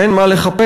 אין מה לחפש.